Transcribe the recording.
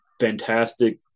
fantastic